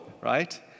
right